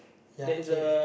Yeah okay